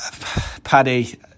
Paddy